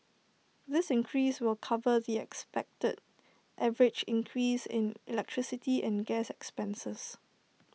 this increase will cover the expected average increase in electricity and gas expenses